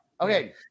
Okay